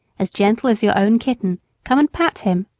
as gentle as your own kitten come and pat him.